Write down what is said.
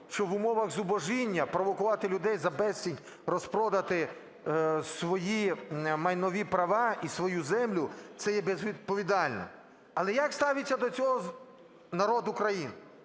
що в умовах зубожіння провокувати людей за безцінь розпродати свої майнові права і свою землю – це є безвідповідально. Але як ставиться до цього народ України?